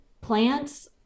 plants